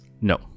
No